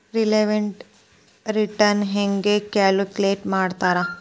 relative return ಹೆಂಗ calculate ಮಾಡ್ತಾರಾ